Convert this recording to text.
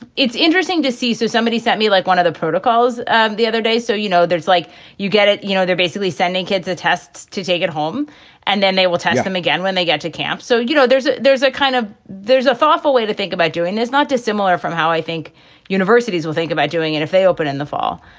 it's interesting to see. so somebody sent me like one of the protocols and the other day. so, you know, there's like you get it, you know, they're basically sending kids a test to take it home and then they will test them again when they get to camp. so, you know, there's a there's a kind of there's a thoughtful way to think about doing this, not dissimilar from how i think universities will think about doing it if they open in the fall.